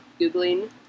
Googling